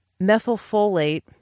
methylfolate